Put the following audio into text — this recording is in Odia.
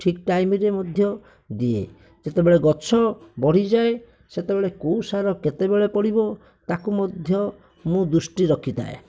ଠିକ ଟାଇମରେ ମଧ୍ୟ ଦିଏ ଯେତେବେଳେ ଗଛ ବଢ଼ିଯାଏ ସେତେବେଳେ କେଉଁ ସାର କେତେବେଳେ ପଡ଼ିବ ତାକୁ ମଧ୍ୟ ମୁଁ ଦୃଷ୍ଟି ରଖିଥାଏ